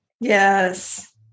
Yes